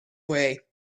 way